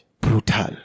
brutal